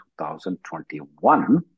2021